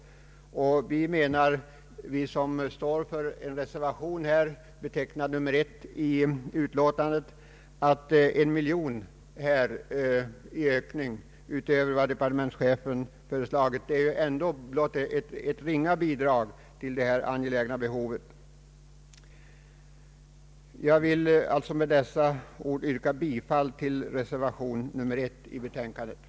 Vi som står för reservationen 1 anser att en miljon kronor utöver vad departementschefen föreslagit ändå är blott ett ringa bidrag till detta angelägna ändamål. Jag vill med dessa ord yrka bifall till reservationen vid denna punki.